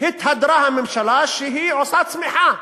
התהדרה הממשלה שהיא עושה צמיחה,